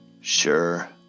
Sure